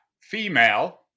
female